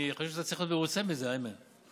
אני חושב שאתה צריך להיות מרוצה מזה, איימן.